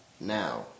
Now